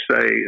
say